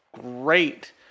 great